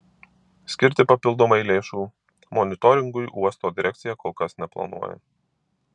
skirti papildomai lėšų monitoringui uosto direkcija kol kas neplanuoja